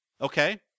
okay